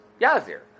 Yazir